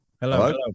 Hello